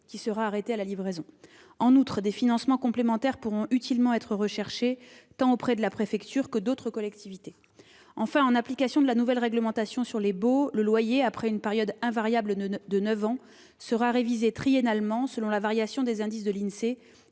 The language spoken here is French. qui sera arrêté à la livraison. En outre, des financements complémentaires pourront utilement être recherchés, tant auprès de la préfecture que d'autres collectivités. Enfin, en application de la nouvelle réglementation sur les baux, le loyer- après une période invariable de neuf ans -sera révisé triennalement, selon la variation des indices de l'Insee